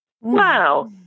wow